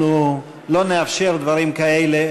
בעתיד אנחנו לא נאפשר דברים כאלה,